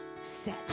Set